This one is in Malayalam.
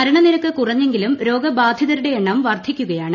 മരണനിരക്ക് കുറഞ്ഞെങ്കിലും രോഗബാധിതരുടെ എണ്ണം വർദ്ധിക്കുകയാണ്